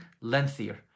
lengthier